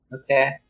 Okay